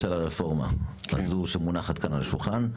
לרפורמה הזו שמונחת כאן על השולחן.